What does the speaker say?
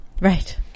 Right